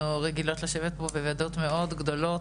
אנחנו רגילות לשבת פה בוועדות גדולות